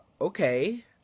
okay